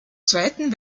zweiten